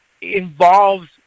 involves